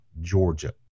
Georgia